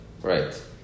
right